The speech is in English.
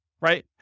right